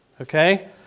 Okay